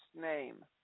name